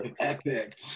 Epic